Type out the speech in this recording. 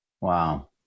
Wow